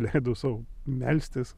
leidau sau melstis